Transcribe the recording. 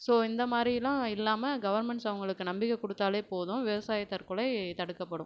so இந்த மாதிரிலாம் இல்லாமல் கவர்மெண்ட்ஸ் அவங்களுக்கு நம்பிக்கை கொடுத்தாலே போதும் விவசாய தற்கொலை தடுக்கப்படும்